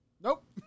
Nope